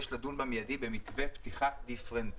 יש לדון באופן מיידי במתווה לפתיחה דיפרנציאלית.